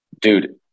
dude